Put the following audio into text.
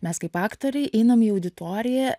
mes kaip aktoriai einam į auditoriją